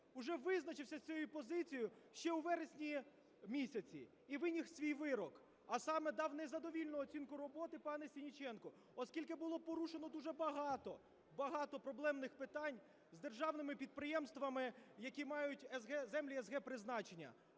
уже визначився з цією позицією ще у вересні місяці і виніс свій вирок, а саме дав незадовільну оцінку роботи пану Сенниченку, оскільки було порушено дуже багато, багато проблемних питань з державними підприємствами, які мають землі с/г призначення.